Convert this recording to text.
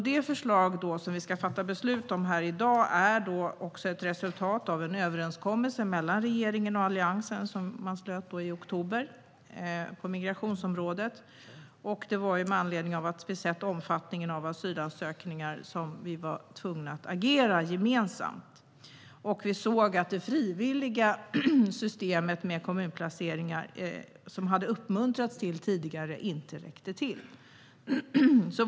Det förslag som vi i dag ska fatta beslut om är ett resultat av den överenskommelse på migrationsområdet som regeringen och Alliansen slöt i oktober. Anledningen var att vi, när vi såg omfattningen av asylansökningarna, såg oss tvungna att agera. Vi såg att det frivilliga systemet med kommunplaceringar, som tidigare hade uppmuntrats, inte räckte till.